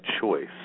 choice